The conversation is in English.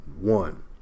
one